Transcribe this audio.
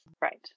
right